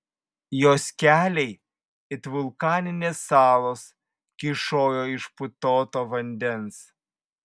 jos keliai it vulkaninės salos kyšojo iš putoto vandens